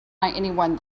anyone